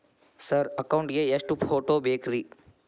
Sir account ಗೇ ಎಷ್ಟು photo ಬೇಕ್ರಿ?